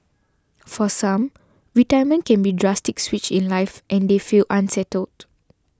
for some retirement can be a drastic switch in life and they feel unsettled